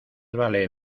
vale